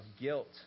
guilt